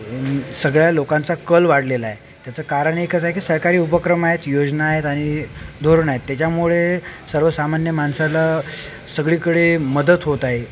सगळ्या लोकांचा कल वाढलेला आहे त्याचं कारण एकच आहे की सरकारी उपक्रम आहेत योजना आहेत आणि धोरणं आहेत त्याच्यामुळे सर्वसामान्य माणसाला सगळीकडे मदत होत आहे